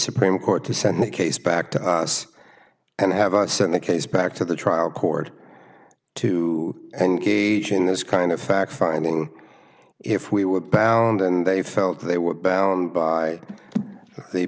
supreme court to send the case back to us and have us send the case back to the trial court to engage in this kind of fact finding if we were bound and they felt they were bound by the